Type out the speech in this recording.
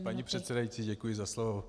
Paní předsedající, děkuji za slovo.